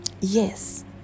Yes